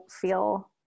feel